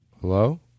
Hello